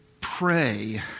pray